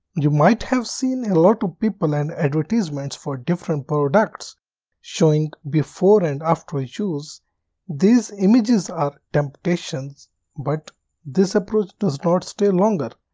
you might have seen a lot of people and advertisements for different products showing before and after use. these images are temptations but this approach does not stay longer.